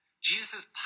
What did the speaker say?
Jesus